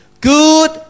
Good